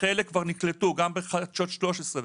חלק כבר נקלטו גם בחדשות 13,